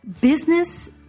Business